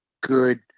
good